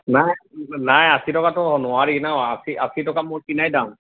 নাই নাই আশী টকাতো নোৱাৰি ন আশী আশী টকা মোৰ কিনাই দাম